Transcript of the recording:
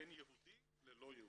בין יהודי ללא יהודי.